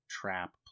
trap